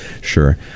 sure